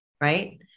right